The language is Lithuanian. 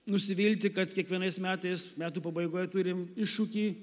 nusivilti kad kiekvienais metais metų pabaigoje turim iššūkį